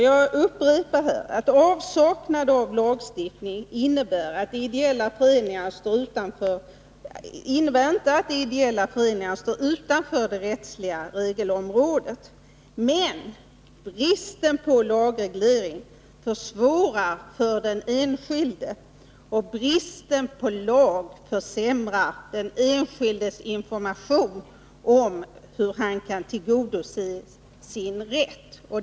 Jag upprepar här att avsaknad av lagstiftning inte innebär att de ideella föreningarna står utanför det rättsliga regelområdet. Men bristen på lagreglering försvårar för den enskilde. Bristen på lag försämrar nämligen den enskildes information om hur han kan tillgodose sin rätt.